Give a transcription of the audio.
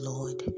Lord